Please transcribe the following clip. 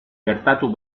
gertatu